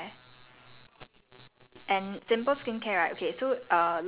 okay then you very happy to hear this cause now the trend right is simple skincare